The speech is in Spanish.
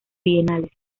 bienales